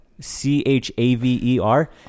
C-H-A-V-E-R